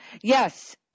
Yes